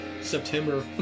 September